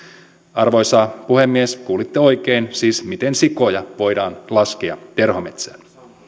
arvoisa puhemies kuulitte oikein siis miten sikoja voidaan laskea terhometsään